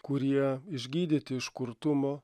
kurie išgydyti iš kurtumo